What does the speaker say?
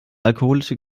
alkoholische